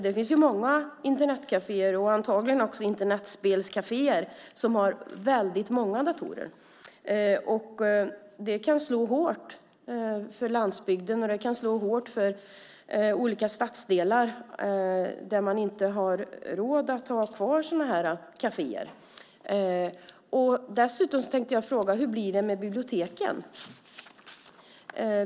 Det är många Internetkaféer - och antagligen också Internetspelkaféer - som har väldigt många datorer. Avgiften kan slå hårt mot landsbygden och mot olika stadsdelar där man inte har råd att ha kvar sådana här kaféer. Jag vill också fråga hur det blir med biblioteken.